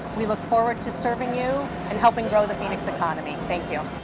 we look forward to serving you and helping grow the phoenix economy. thank you.